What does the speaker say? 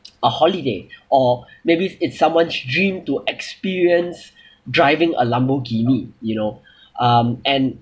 a holiday or maybe it's someone's dream to experience driving a lamborghini you know um and